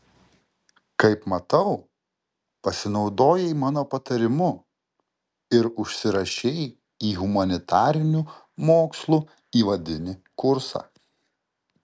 kaip matau pasinaudojai mano patarimu ir užsirašei į humanitarinių mokslų įvadinį kursą